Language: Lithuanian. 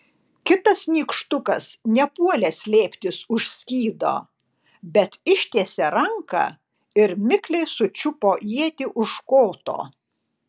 kitas nykštukas nepuolė slėptis už skydo bet ištiesė ranką ir mikliai sučiupo ietį už koto